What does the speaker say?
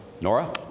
Nora